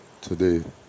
Today